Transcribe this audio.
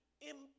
impact